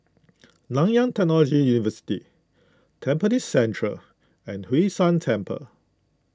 Nanyang Technological University Tampines Central and Hwee San Temple